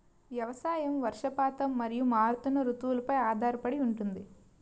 వ్యవసాయం వర్షపాతం మరియు మారుతున్న రుతువులపై ఆధారపడి ఉంటుంది